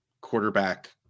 quarterback